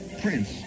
prince